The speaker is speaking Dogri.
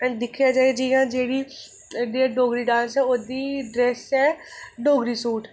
दिक्खेआ जाए जि'यां जेह्ड़ी जेह्ड़ी डोगरी डांस ऐ ओह्दी ड्रैस ऐ डोगरी सूट